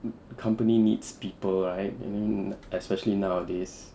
company needs people right and then especially nowadays